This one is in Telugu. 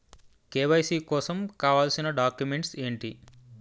కే.వై.సీ కోసం కావాల్సిన డాక్యుమెంట్స్ ఎంటి?